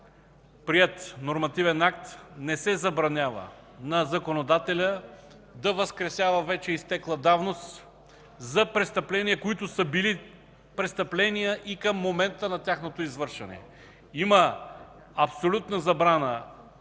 приет нормативен акт не се забранява на законодателя да възкресява вече изтекла давност за престъпления, които са били престъпления и към момента на тяхното извършване. Има абсолютна забрана,